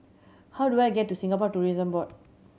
how do I get to Singapore Tourism Board